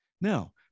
Now